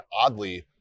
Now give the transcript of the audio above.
Oddly